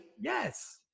Yes